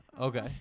Okay